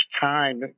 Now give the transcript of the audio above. time